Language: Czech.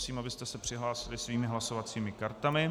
Prosím, abyste se přihlásili svými hlasovacími kartami.